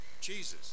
Jesus